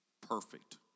perfect